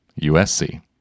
USC